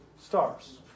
Stars